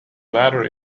latter